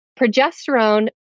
progesterone